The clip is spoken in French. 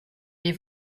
les